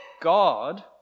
God